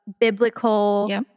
biblical